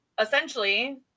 essentially